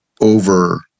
over